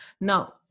Now